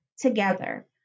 together